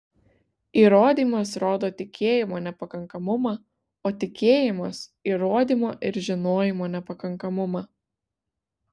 įrodymas rodo tikėjimo nepakankamumą o tikėjimas įrodymo ir žinojimo nepakankamumą